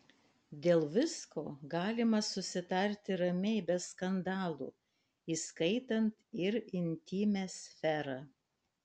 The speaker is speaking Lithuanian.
dėl visko galima susitarti ramiai be skandalų įskaitant ir intymią sferą